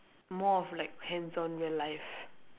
more of like hands on real life